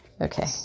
Okay